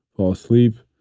ah asleep.